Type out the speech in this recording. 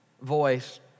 voice